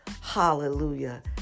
hallelujah